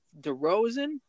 DeRozan